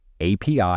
API